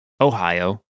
Ohio